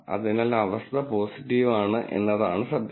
അതിനാൽ അവസ്ഥ പോസിറ്റീവ് ആണ് എന്നതാണ് സത്യം